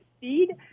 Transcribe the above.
feed